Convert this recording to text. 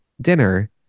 dinner